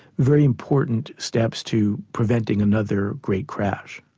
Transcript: very important steps to preventing another great crash.